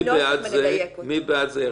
מי בעד זה?